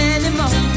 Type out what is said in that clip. anymore